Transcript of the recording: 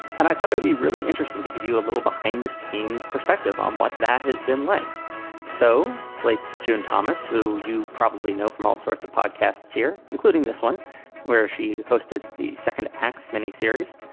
and i thought it'd be really interesting to give you a little behind-the-scenes perspective on what that has been like so slate's john thomas, who you probably know from all sorts of podcasts here, including this one where she posted the second acts mini series,